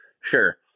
Sure